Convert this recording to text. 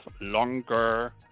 longer